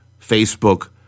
Facebook